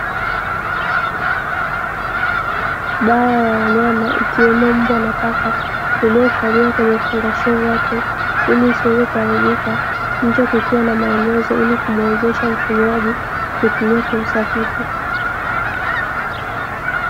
Dawa ya wanyama ikiwemo mbwa na paka iliyoifadhiwa kwenye vifungashio vyake ili isiweze kuharbika, nje kukiwa na maelezo ili kumuwezesha mtumiaji kutumia kwa usahihi.